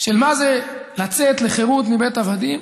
של מה זה לצאת לחירות מבית עבדים,